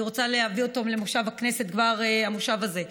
אני רוצה להביא אותם למושב הכנסת כבר במושב הזה,